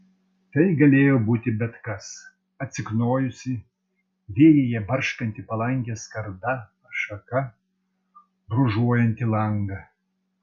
tai galėjo būti bet kas atsiknojusi vėjyje barškanti palangės skarda ar šaka brūžuojanti langą